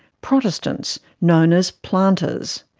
protestants, known as planters.